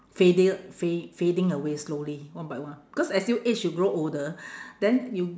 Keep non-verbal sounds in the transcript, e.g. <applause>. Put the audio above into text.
fade~ fad~ fading away slowly one by one because as you age you grow older <breath> then you